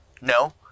No